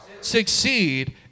succeed